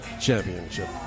Championship